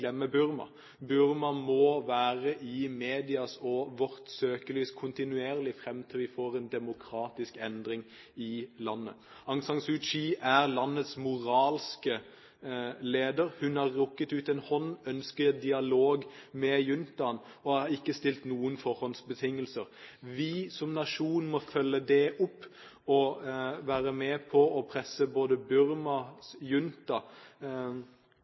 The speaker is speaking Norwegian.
Burma. Burma må være i medias og vårt søkelys kontinuerlig inntil vi får en demokratisk endring i landet. Aung San Suu Kyi er landets moralske leder. Hun har rukket ut en hånd, ønsker dialog med juntaen og har ikke stilt noen forhåndsbetingelser. Vi som nasjon må følge det opp og være med på å presse Burmas junta